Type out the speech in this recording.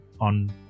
on